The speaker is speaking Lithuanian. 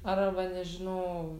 arba nežinau